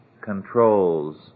controls